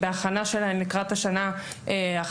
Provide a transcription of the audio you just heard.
ובהכנה שלהן לקראת השנה חדשה,